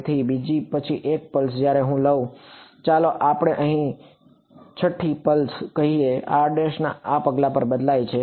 તેથી બીજા પછી 1 પલ્સ જ્યારે હું લઉં ચાલો આપણે અહીં 6 મી પલ્સ કહીએ r આ પલ્સ પર બદલાય છે